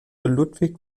ludwig